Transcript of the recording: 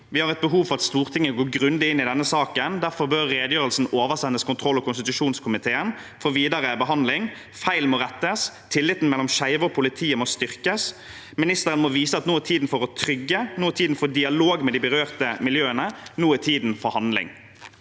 Vi har et behov for at Stortinget går grundig inn i denne saken. Derfor bør redegjørelsen oversendes kontroll- og konstitusjonskomiteen for videre behandling. Feil må rettes. Tilliten mellom skeive og politiet må styrkes. Ministeren må vise at nå er tiden for å trygge, nå er tiden for dialog med de berørte miljøene, nå er tiden for handling.